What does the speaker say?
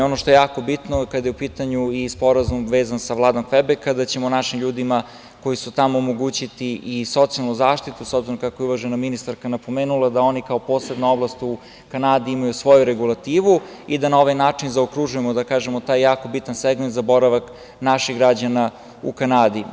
Ono što je jako bitno kada je u pitanju sporazum vezan sa Vladom Kvebeka, da ćemo našim ljudima koji su tamo, omogućiti i socijalnu zaštitu, s obzirom kako je uvažena ministarka napomenula, da oni kao posebna oblast u Kanadi imaju svoju regulativu i da na ovaj način zaokružimo taj jako bitan segment za boravak naših građana u Kanadi.